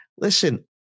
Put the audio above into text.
listen